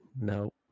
No